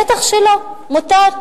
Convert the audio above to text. בטח שלא, מותר.